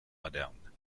moderne